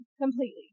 completely